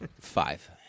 Five